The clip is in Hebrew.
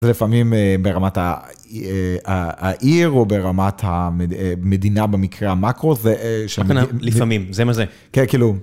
לפעמים ברמת העיר, או ברמת המדינה במקרה המאקרו, לפעמים, זה מה זה. כן כאילו.